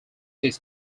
his